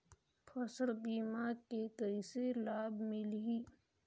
फसल बीमा के कइसे लाभ मिलही?